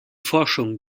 forschung